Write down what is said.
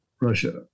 Russia